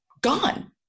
gone